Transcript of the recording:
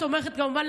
כמובן,